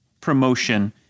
promotion